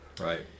Right